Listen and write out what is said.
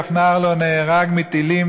אף נער לא נהרג מטילים,